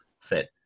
fit